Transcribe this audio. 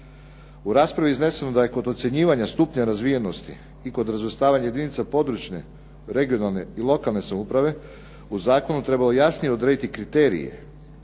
U raspravi je izneseno da je kod ocjenjivanja stupnja razvijenosti i kod razvrstavanja jedinica područne, regionalne i lokalne samouprave u zakonu trebalo jasnije odrediti kriterije.